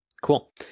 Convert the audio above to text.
Cool